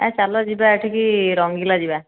ଆଏ ଚାଲ ଯିବା ଏଠିକି ରଙ୍ଗିଲା ଯିବା